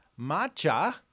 matcha